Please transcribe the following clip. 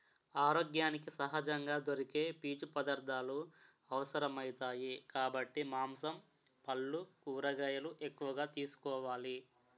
ఆరోగ్యానికి సహజంగా దొరికే పీచు పదార్థాలు అవసరమౌతాయి కాబట్టి మాంసం, పల్లు, కూరగాయలు ఎక్కువగా తీసుకోవాలి